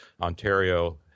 Ontario